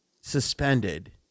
suspended